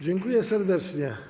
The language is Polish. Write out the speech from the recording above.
Dziękuję serdecznie.